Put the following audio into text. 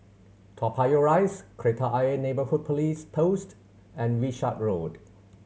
Toa Payoh Rise Kreta Ayer Neighbourhood Police Post and Wishart Road